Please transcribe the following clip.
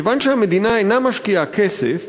מכיוון שהמדינה אינה משקיעה כסף,